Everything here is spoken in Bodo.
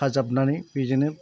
खाजाबनानै बेजोंनो